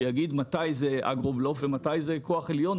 שיגיד מתי זה אגרו-בלוף ומתי זה כוח עליון,